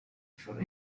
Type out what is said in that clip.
for